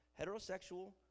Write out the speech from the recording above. heterosexual